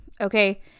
okay